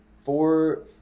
Four